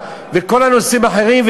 וכל הנושאים האחרים,